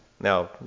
Now